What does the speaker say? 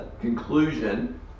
conclusion